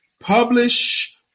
Publish